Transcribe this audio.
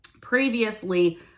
previously